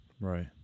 Right